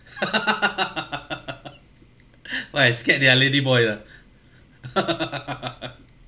!wah! I scared they are lady boy ah